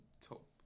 top